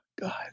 God